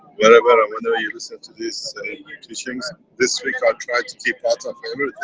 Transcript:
wherever or whenever you listen to this teachings. this week i tried to keep out of